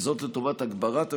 וזאת לשם הגברת השקיפות,